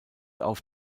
auf